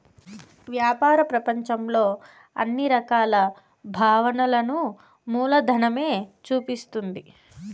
వ్యాపార ప్రపంచంలో అన్ని రకాల భావనలను మూలధనమే చూపిస్తుంది